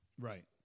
Right